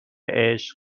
عشق